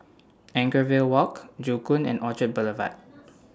Anchorvale Walk Joo Koon and Orchard Boulevard